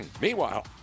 Meanwhile